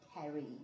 carry